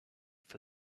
for